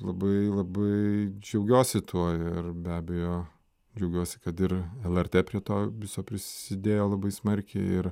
labai labai džiaugiuosi tuo ir be abejo džiaugiuosi kad ir lrt prie to viso prisidėjo labai smarkiai ir